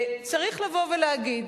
צריך לבוא ולהגיד